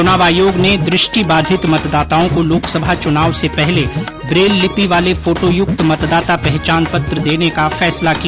चुनाव आयोग ने दृष्टिबाधित मतदाताओं को लोकसभा चुनाव से पहले ब्रेल लिपी वाले फोटोयुक्त मतदाता पहचान पत्र देने का फैसला किया